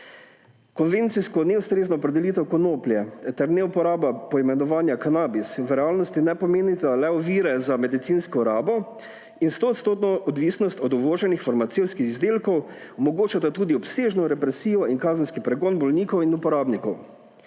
Konvencijsko neustrezna opredelitev konoplje ter neuporaba poimenovanja kanabis v realnosti ne pomenita le ovire za medicinsko rabo in stoodstotne odvisnosti od uvoženih farmacevtskih izdelkov, omogočata tudi obsežno represijo in kazenski pregon bolnikov in uporabnikov,